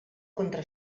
contra